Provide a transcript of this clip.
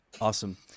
Awesome